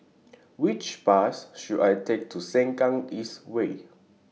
Which Bus should I Take to Sengkang East Way